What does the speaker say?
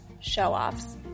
show-offs